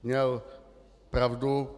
Měl pravdu.